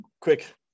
quick